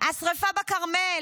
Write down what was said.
השרפה בכרמל,